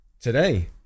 today